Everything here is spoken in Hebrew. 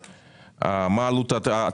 על זה אין שאלות.